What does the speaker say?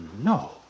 no